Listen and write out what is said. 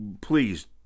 please